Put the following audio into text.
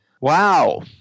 wow